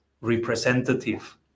representative